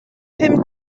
pum